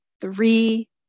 three